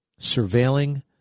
Surveilling